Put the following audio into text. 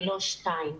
ולא שתיים.